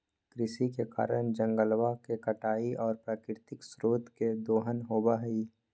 कृषि के कारण जंगलवा के कटाई और प्राकृतिक स्रोत के दोहन होबा हई